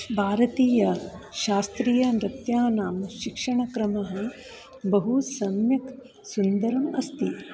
भारतीय शास्त्रीयनृत्यानां शिक्षणक्रमः बहु सम्यक् सुन्दरम् अस्ति